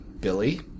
Billy